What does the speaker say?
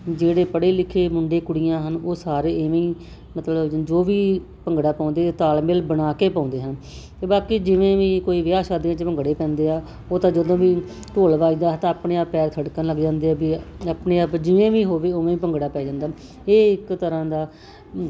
ਜਿਹੜੇ ਪੜ੍ਹੇ ਲਿਖੇ ਮੁੰਡੇ ਕੁੜੀਆਂ ਹਨ ਉਹ ਸਾਰੇ ਇਵੇਂ ਹੀ ਮਤਲਬ ਜੋ ਵੀ ਭੰਗੜਾ ਪਾਉਂਦੇ ਤਾਲਮੇਲ ਬਣਾ ਕੇ ਪਾਉਂਦੇ ਹਨ ਅਤੇ ਬਾਕੀ ਜਿਵੇਂ ਵੀ ਕੋਈ ਵਿਆਹ ਸ਼ਾਦੀਆਂ 'ਚ ਭੰਗੜੇ ਪੈਂਦੇ ਆ ਉਹ ਤਾਂ ਜਦੋਂ ਵੀ ਢੋਲ ਵੱਜਦਾ ਹੈ ਤਾਂ ਆਪਣੇ ਆਪ ਪੈਰ ਥਿਰਕਣ ਲੱਗ ਜਾਂਦੇ ਵੀ ਆਪਣੇ ਆਪ ਜਿਵੇਂ ਵੀ ਹੋਵੇ ਉਵੇਂ ਹੀ ਭੰਗੜਾ ਪੈ ਜਾਂਦਾ ਇਹ ਇੱਕ ਤਰ੍ਹਾਂ ਦਾ